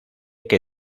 que